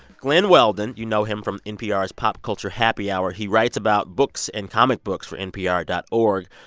glen weldon you know him from npr's pop culture happy hour. he writes about books and comic books for npr dot org.